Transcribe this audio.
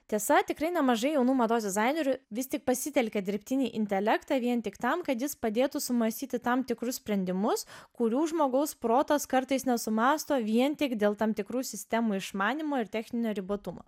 tiesa tikrai nemažai jaunų mados dizainerių vis tik pasitelkė dirbtinį intelektą vien tik tam kad jis padėtų sumąstyti tam tikrus sprendimus kurių žmogaus protas kartais nesumąsto vien tik dėl tam tikrų sistemų išmanymo ir techninio ribotumo